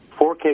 4K